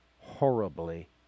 horribly